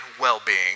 well-being